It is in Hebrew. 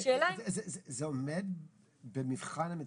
זה עומד במבחן המציאות?